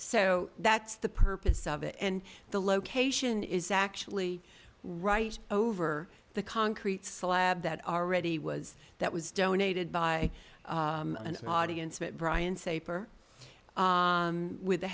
so that's the purpose of it and the location is actually right over the concrete slab that already was that was donated by an audience but brian saper with the